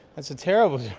that's a terrible